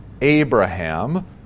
abraham